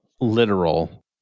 literal